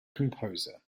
composer